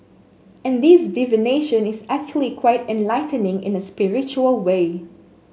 and this divination is actually quite enlightening in a spiritual way